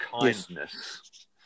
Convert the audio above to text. kindness